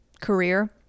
career